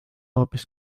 hoopis